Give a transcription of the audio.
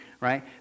right